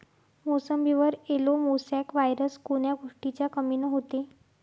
मोसंबीवर yellow mosaic virus कोन्या गोष्टीच्या कमीनं होते?